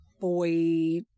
boy